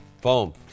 boom